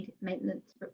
maintenance